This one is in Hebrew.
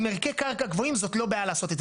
עם ערכי קרקע גבוהים, זאת לא בעיה לעשות את זה.